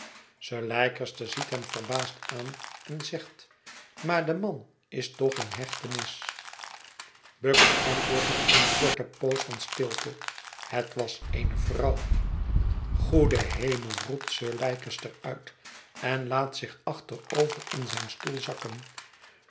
sir leicester ziet hem verbaasd aan en zegt maar de man is toch in hechtenis bucket antwoordt na eene korte poos van stilte het was eene vrouw goede hemel roept sir leicester uit en laat zich achterover in zijn stoel zakken